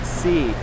see